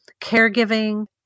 caregiving